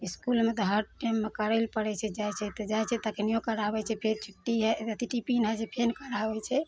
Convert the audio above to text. इसकुलमे तऽ हर टाइममे करै लए पड़ै छै जाइ छै तऽ जाइ छै तखनियो कराबै छै फेर छुट्टी होइ छै टिपिन होइ छै फेर कराबै छै